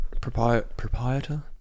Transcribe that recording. proprietor